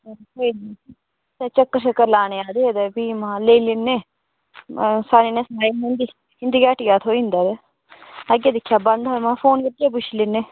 ते कोई निं चक्कर शक्कर लाने आखदे ते फ्ही महां लेई लैन्ने हां सारे जने सानाई ओड़ने कि इंदी हट्टिया थ्होई जंदा ते अग्गें दिक्खेआ बंद ऐ महां फोन करियै पुच्छी लैन्ने